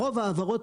רוב ההעברות,